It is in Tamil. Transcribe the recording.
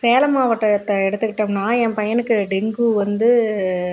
சேலம் மாவட்டத்தை எடுத்துக்கிட்டோம்னா என் பையனுக்கு டெங்கு வந்து